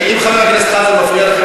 אם חבר הכנסת חזן מפריע לכם,